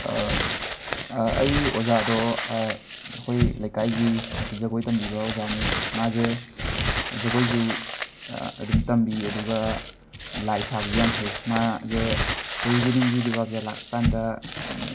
ꯑꯩ ꯑꯣꯖꯥꯗꯣ ꯑꯩꯈꯣꯏ ꯂꯩꯀꯥꯏꯒꯤ ꯍꯥꯏꯗꯤ ꯖꯒꯣꯏ ꯇꯝꯕꯤꯕ ꯑꯣꯖꯥꯅꯦ ꯃꯥꯁꯦ ꯖꯒꯣꯏꯁꯨ ꯑꯗꯨꯝ ꯇꯝꯕꯤ ꯑꯗꯨꯒ ꯂꯥꯏ ꯁꯥꯕꯁꯨ ꯌꯥꯝ ꯍꯩ ꯃꯥꯁꯦ ꯆꯍꯤ ꯈꯨꯗꯤꯡꯒꯤ ꯗꯨꯔꯒꯥ ꯕꯨꯖꯥ ꯂꯥꯛꯄꯀꯥꯟꯗ